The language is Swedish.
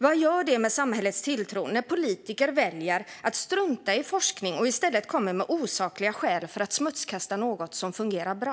Vad gör det med samhällets tilltro när politiker väljer att strunta i forskning och i stället komma med osakliga skäl för att smutskasta något som fungerar bra?